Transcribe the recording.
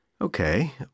Okay